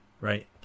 right